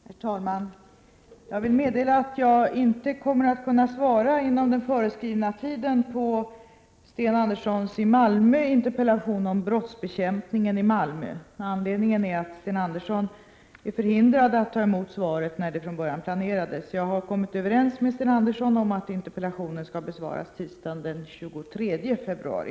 Herr talman! Jag vill meddela att jag inte kommer att kunna svara inom den föreskrivna tiden på Sten Anderssons i Malmö interpellation om brottsbekämpningen i Malmö. Anledningen är att Sten Andersson är förhindrad att ta emot svaret den dag det var planerat. Jag har kommit överens med Sten Andersson om att interpellationen skall besvaras tisdagen den 23 februari.